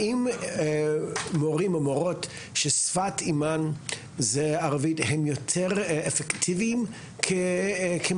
האם מורים ומורות ששפת אימם היא ערבית הם יותר אפקטיביים כמורים